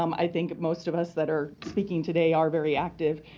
um i think most of us that are speaking today are very active.